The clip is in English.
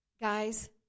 Guys